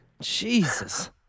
Jesus